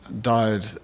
died